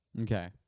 Okay